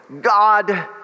God